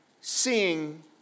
seeing